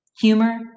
humor